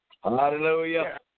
Hallelujah